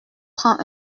prend